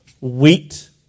wheat